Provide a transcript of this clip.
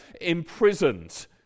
imprisoned